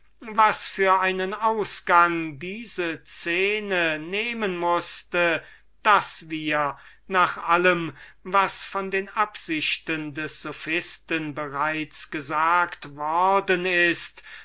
was für einen ausgang diese szene nehmen mußte daß wir nach allem was von den absichten des sophisten bereits gesagt worden ist